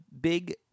big